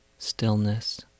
stillness